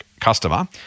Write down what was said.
customer